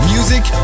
Music